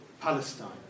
Palestine